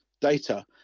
data